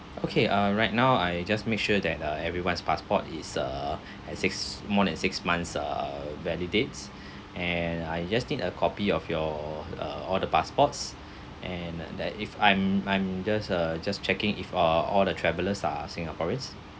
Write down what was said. okay uh right now I just make sure that uh everyone's passport is err has six more than six months err validates and I just need a copy of your uh all the passports and that if I'm I'm just uh just checking if uh all the travelers are singaporeans